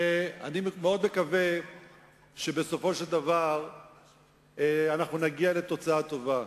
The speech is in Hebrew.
אני מאוד מקווה שבסופו של דבר נגיע לתוצאה טובה.